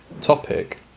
Topic